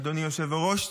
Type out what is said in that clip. אדוני היושב-ראש,